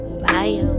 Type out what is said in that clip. bye